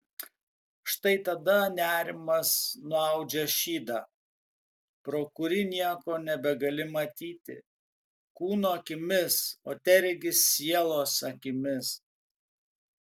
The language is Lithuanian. štai tada nerimas nuaudžia šydą pro kurį nieko nebegali matyti kūno akimis o teregi sielos akimis